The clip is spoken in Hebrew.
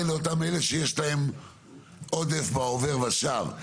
זה לאותם אלה שיש להם עודף בעובר ושב,